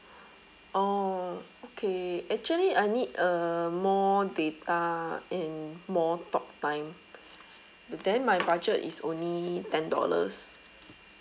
oh okay actually I need uh more data and more talk time but then my budget is only ten dollars